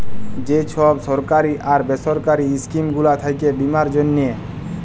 যে ছব সরকারি আর বেসরকারি ইস্কিম গুলা থ্যাকে বীমার জ্যনহে